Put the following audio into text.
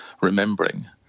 remembering